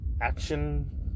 action